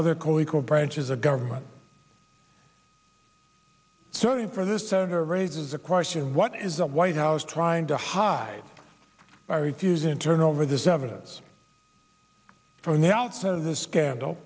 other co equal branches of government sorry for this senator raises the question what is the white house trying to hide by refuse in turn over this evidence from the outset of this scandal